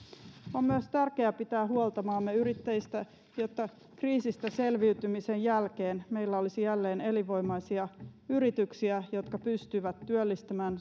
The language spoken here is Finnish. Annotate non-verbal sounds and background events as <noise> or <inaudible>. on myös tärkeää pitää huolta maamme yrittäjistä jotta kriisistä selviytymisen jälkeen meillä olisi jälleen elinvoimaisia yrityksiä jotka pystyvät työllistämään <unintelligible>